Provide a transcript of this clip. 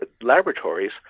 laboratories